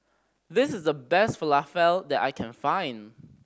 this is the best Falafel that I can find